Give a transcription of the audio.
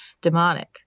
demonic